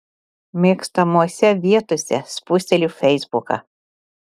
mėgstamose vietose spusteliu feisbuką